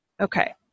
Okay